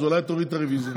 אז אולי תוריד את הרוויזיה?